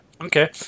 okay